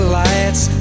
lights